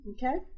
Okay